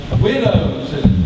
widows